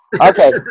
Okay